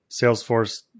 Salesforce